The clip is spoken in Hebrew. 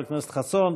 חבר הכנסת חסון,